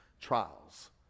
trials